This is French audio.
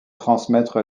transmettre